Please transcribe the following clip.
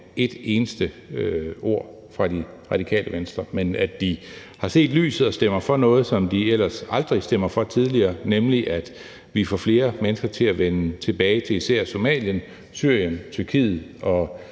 et eneste ord fra Radikale Venstre. Men at de har set lyset og stemmer for noget, som de ellers aldrig har stemt for tidligere, nemlig at vi får flere mennesker til at vende tilbage til især Somalia, Syrien, Tyrkiet og